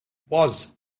was